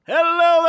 Hello